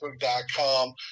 facebook.com